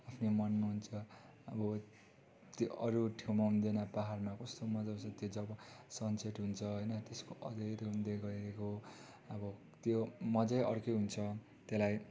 आफ्नै मनमा हुन्छ अब त्यो अरू ठाउँमा हुँदैन पाहाडमा कस्तो मजा आउँछ त्यो जब सनसेट हुन्छ होइन त्यसको अँध्यारो हुँदै गएको अब त्यो मजै अर्को हुन्छ त्यसलाई